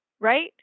Right